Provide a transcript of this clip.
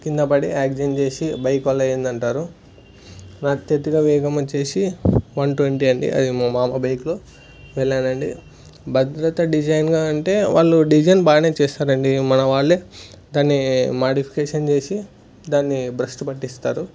కింద పడి యాక్సిజెంట్ చేసి బైక్ వల్ల అయ్యింది అంటారు నా తిథిర వేగం వచ్చి వన్ ట్వంటీ అండి అది మా మామ బైక్ వెళ్లాను అండి భద్రత డిజైన్గా అంటే వాళ్ళు డిజైన్ బాగానే చేస్తారు అండి మన వాళ్లు దాన్ని మాడిఫికేషన్ చేసి దాన్ని భ్రష్టు పట్టిస్తారు